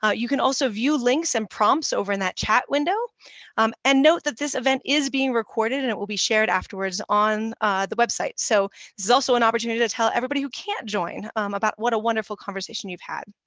ah you can also view links and prompts over in that chat window um and note that this event is being recorded and it will be shared afterwards on the website. so this is also an opportunity to tell everybody who can't join about what a wonderful conversation you've had.